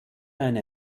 eine